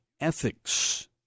ethics